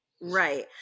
Right